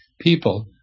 people